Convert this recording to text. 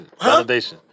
Validation